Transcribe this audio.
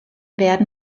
werden